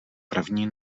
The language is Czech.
první